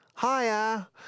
Hiya